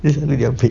dia selalu dia ambil